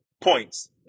points